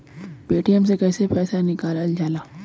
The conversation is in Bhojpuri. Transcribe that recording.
पेटीएम से कैसे पैसा निकलल जाला?